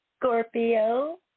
Scorpio